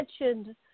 mentioned –